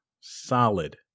solid